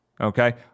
Okay